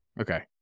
Okay